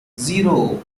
zero